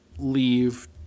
leave